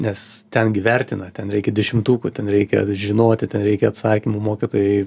nes ten gi vertina ten reikia dešimtukų ten reikia žinoti tą reikia atsakymų mokytojai